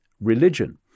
religion